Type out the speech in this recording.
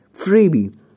Freebie